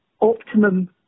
optimum